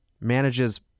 manages